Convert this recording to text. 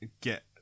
get